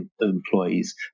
employees